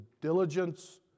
diligence